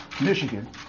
Michigan